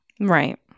Right